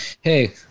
hey